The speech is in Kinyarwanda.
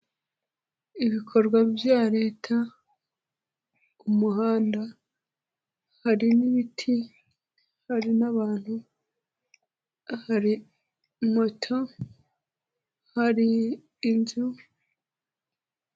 ibikorwa bya leta umuhanda hari n'ibiti hari n'abantu hari moto hari inzu.